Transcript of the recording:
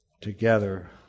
together